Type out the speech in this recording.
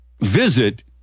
Visit